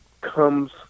comes